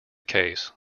case